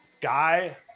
guy